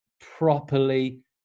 properly